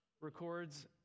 records